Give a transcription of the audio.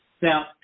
Now